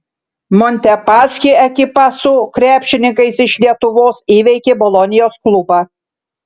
montepaschi ekipa su krepšininkais iš lietuvos įveikė bolonijos klubą